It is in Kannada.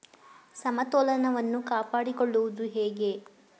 ಸಮತೋಲನವನ್ನು ಕಾಪಾಡಿಕೊಳ್ಳುವುದು ಹೇಗೆ?